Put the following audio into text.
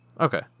Okay